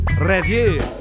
review